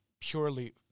purely